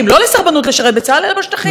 לא לסרבנות לשרת בצה"ל אלא בשטחים,